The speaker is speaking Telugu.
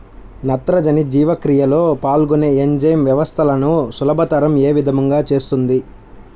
నత్రజని జీవక్రియలో పాల్గొనే ఎంజైమ్ వ్యవస్థలను సులభతరం ఏ విధముగా చేస్తుంది?